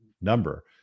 number